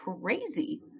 crazy